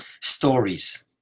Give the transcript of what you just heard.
Stories